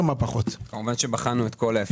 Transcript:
את בקריאה שנייה.